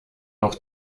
auch